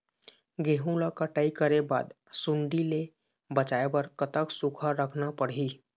गेहूं ला कटाई करे बाद सुण्डी ले बचाए बर कतक सूखा रखना पड़ही?